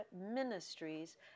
ministries